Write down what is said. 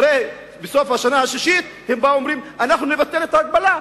בסוף השנה השישית הם באו ואמרו: אנחנו נבטל את ההגבלה.